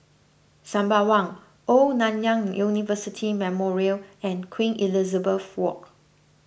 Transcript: Sembawang Old Nanyang University Memorial and Queen Elizabeth Walk